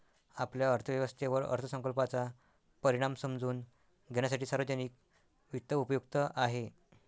आपल्या अर्थव्यवस्थेवर अर्थसंकल्पाचा परिणाम समजून घेण्यासाठी सार्वजनिक वित्त उपयुक्त आहे